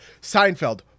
Seinfeld